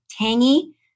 tangy